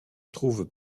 trouvent